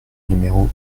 numéro